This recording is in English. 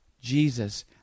Jesus